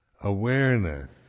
awareness